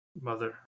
Mother